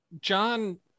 John